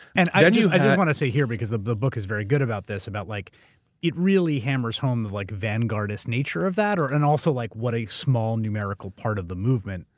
and i just i just want to say here, because the the book is very good about this, about like it really hammers home the like vanguard-ist nature of that. and also like what a small numerical part of the movement,